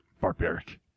Barbaric